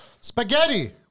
Spaghetti